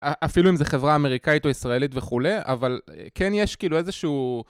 אפילו אם זה חברה אמריקאית או ישראלית וכולי אבל כן יש כאילו איזה שהוא